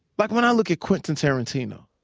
like when i look at quentin tarantino,